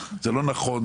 זה לא נכון,